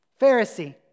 Pharisee